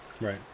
Right